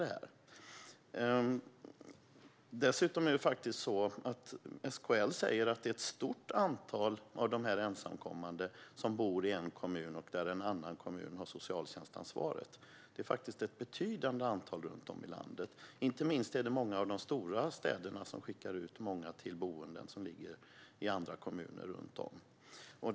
SKL säger dessutom att ett stort antal av dessa ensamkommande bor i en kommun, men där en annan kommun har socialtjänstansvaret. Det är faktiskt ett betydande antal runt om i landet. Inte minst är det många av de stora städerna som skickar många ensamkommande till boenden i andra kommuner runt om.